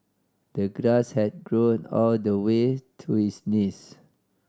the grass had grown all the way to his knees